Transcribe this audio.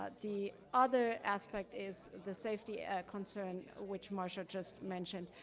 ah the other aspect is the safety ah concern, which marsha just mentioned.